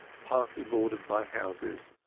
partly bordered by houses,